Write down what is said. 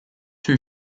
two